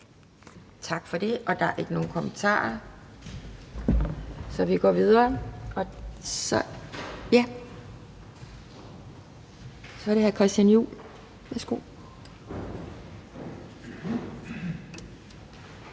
Tak for det. Og der er ikke nogen kommentarer, så vi går videre. Så er det hr. Christian Juhl. Værsgo.